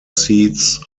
seeds